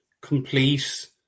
complete